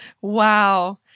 Wow